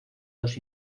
dos